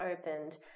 opened